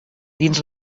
dins